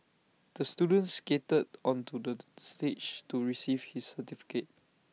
the student skated onto the stage to receive his certificate